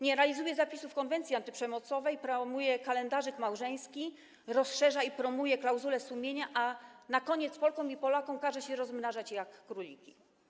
Nie realizuje zapisów konwencji antyprzemocowej, promuje kalendarzyk małżeński, rozszerza i promuje klauzulę sumienia, a na koniec Polkom i Polakom każe się rozmnażać jak króliki.